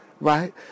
right